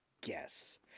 guess